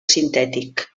sintètic